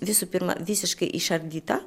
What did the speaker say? visų pirma visiškai išardyta